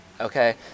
okay